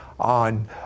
on